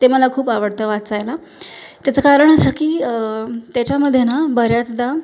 ते मला खूप आवडतं वाचायला त्याचं कारण असं की त्याच्यामध्ये ना बऱ्याचदा